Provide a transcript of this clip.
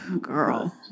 girl